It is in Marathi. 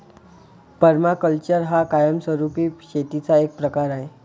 पर्माकल्चर हा कायमस्वरूपी शेतीचा एक प्रकार आहे